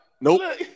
nope